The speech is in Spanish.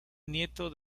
nieto